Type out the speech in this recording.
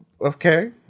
Okay